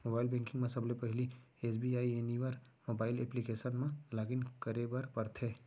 mobile banking म सबले पहिली एस.बी.आई एनिवर मोबाइल एप्लीकेसन म लॉगिन करे बर परथे